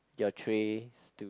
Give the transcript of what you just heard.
your tray